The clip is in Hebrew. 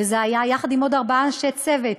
וזה היה יחד עם עוד ארבעה אנשי צוות,